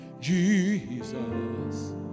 Jesus